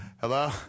Hello